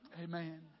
Amen